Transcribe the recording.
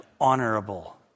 honorable